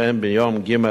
וביום ג',